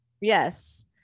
Yes